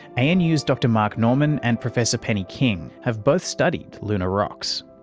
anu's dr marc norman and professor penny king have both studied lunar rocks.